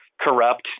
corrupt